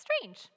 strange